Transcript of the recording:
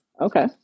Okay